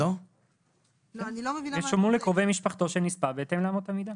כתוב "ישולמו לקרובי משפחתו של נספה בהתאם לאמות המידה".